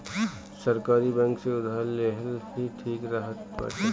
सरकारी बैंक से उधार लेहल ही ठीक रहत बाटे